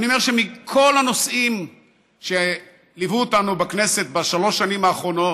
אני אומר שמכל הנושאים שליוו אותנו בכנסת בשלוש השנים האחרונות,